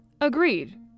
Agreed